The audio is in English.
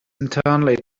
internally